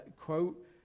quote